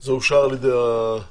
זה אושר על ידי הרשות.